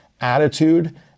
Attitude